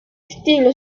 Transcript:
still